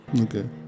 Okay